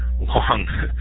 long